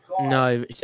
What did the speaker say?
no